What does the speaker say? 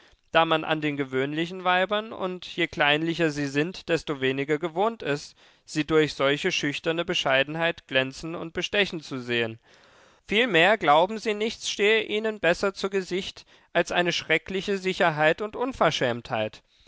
da man an den gewöhnlichen weibern und je kleinlicher sie sind desto weniger gewohnt ist sie durch solche schüchterne bescheidenheit glänzen und bestechen zu sehen vielmehr glauben sie nichts stehe ihnen besser zu gesicht als eine schreckliche sicherheit und unverschämtheit